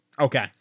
Okay